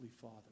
father